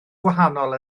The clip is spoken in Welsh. gwahanol